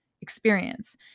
experience